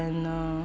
uh